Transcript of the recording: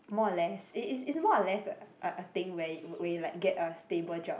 more or less it's it's it's more or less a a thing where where you like get a stable job